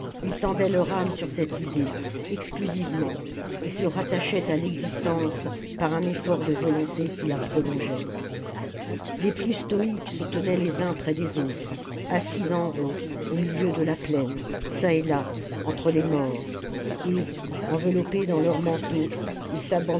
ils tendaient leur âme sur cette idée exclusivement et se rattachaient à l'existence par un effort de volonté qui la prolongeait les plus stoïques se tenaient les uns près des autres assis en rond au milieu de la plaine çà et là entre les morts et enveloppés dans leurs manteaux ils